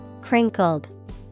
Crinkled